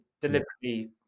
deliberately